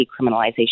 decriminalization